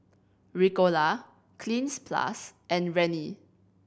Ricola Cleanz Plus and Rene